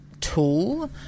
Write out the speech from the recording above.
tool